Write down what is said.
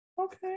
Okay